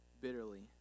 Bitterly